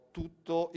tutto